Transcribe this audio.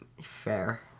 Fair